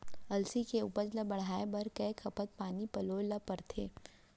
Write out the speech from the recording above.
अलसी के उपज ला बढ़ए बर कय बखत पानी पलोय ल पड़थे?